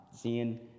seeing